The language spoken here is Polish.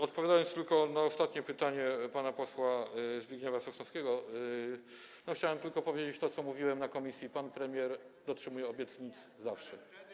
Odpowiadając tylko na ostatnie pytanie, pana posła Zbigniewa Sosnowskiego, chciałem tylko powiedzieć to, co mówiłem na posiedzeniu komisji: pan premier dotrzymuje obietnic zawsze.